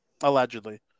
Allegedly